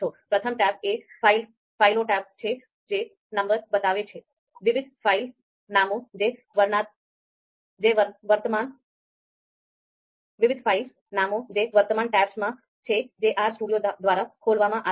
પ્રથમ ટેબ એ ફાઇલો ટેબ છે જે નંબર બતાવે છે વિવિધ ફાઇલ નામો જે વર્તમાન ડિરેક્ટરીમાં છે જે R Studio દ્વારા ખોલવામાં આવી છે